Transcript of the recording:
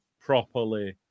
properly